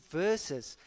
verses